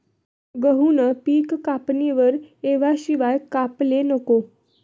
गहूनं पिक कापणीवर येवाशिवाय कापाले नको